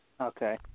Okay